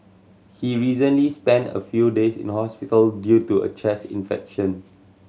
he recently spent a few days in hospital due to a chest infection